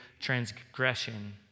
transgression